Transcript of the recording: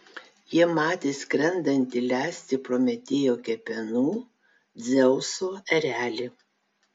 jie matė skrendantį lesti prometėjo kepenų dzeuso erelį